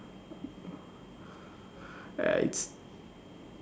it's